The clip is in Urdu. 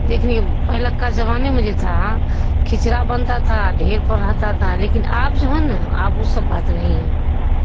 دیکھ لی پہلا کا زمانے میں جو تھا کھچڑا بنتا تھا ڈھیر پر رہتا تھا لیکن اب جو ہے نا اب وہ سب بات نہیں ہے